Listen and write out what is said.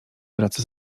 wraca